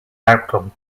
outcome